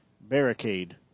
barricade